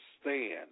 stand